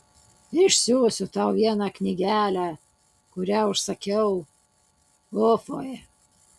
išsiųsiu tau vieną knygelę kurią užsakiau ufoje